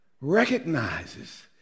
recognizes